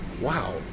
wow